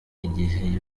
igihe